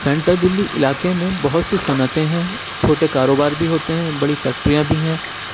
central Delhi علاقے میں بہت سی صنعتیں ہیں چھوٹے کاروبار بھی ہوتے ہیں بڑی فیکٹریاں بھی ہیں